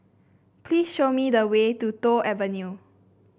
please show me the way to Toh Avenue